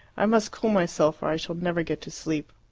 i must cool myself, or i shall never get to sleep.